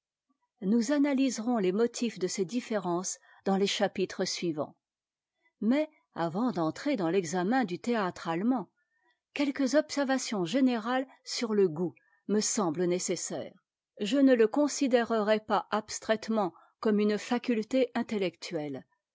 nous analyserons les motifs de ces différences dans tes chapitres suivants mais avant d'entrer dans l'examen du théâtre allemand quelques observations générales sur le goût me semblent nécessaires je ne le considérerai pas abstraitement comme une faculté intellectuelle